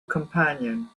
companion